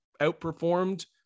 outperformed